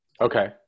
Okay